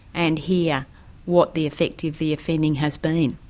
and hear what the effect of the offending has been.